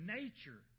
nature